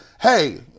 Hey